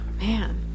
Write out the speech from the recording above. man